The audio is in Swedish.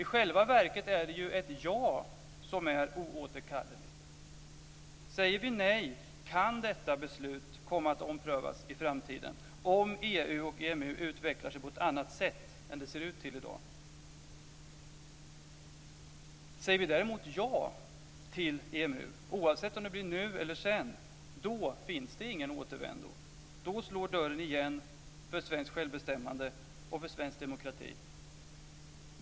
I själva verket är det ju ett ja som är oåterkalleligt. Säger vi nej kan detta beslut komma att omprövas i framtiden om EU och EMU utvecklar sig på ett annat sätt än de ser ut att göra i dag. Säger vi däremot ja till EMU, oavsett om det blir nu eller sedan, då finns det ingen återvändo. Då slår dörren igen för svenskt självbestämmande och för svensk demokrati.